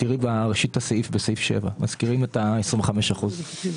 תראי בראשית סעיף 7. מזכירים את ה-25 אחוזים.